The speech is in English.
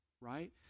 right